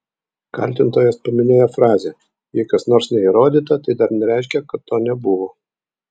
kaltintojas paminėjo frazę jei kas nors neįrodyta tai dar nereiškia kad to nebuvo